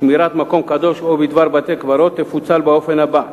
שמירת מקום קדוש או בדבר בתי-קברות תפוצל באופן הבא: